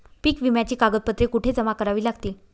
पीक विम्याची कागदपत्रे कुठे जमा करावी लागतील?